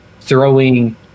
throwing